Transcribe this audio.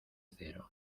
cero